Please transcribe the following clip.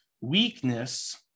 weakness